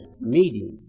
meeting